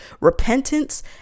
Repentance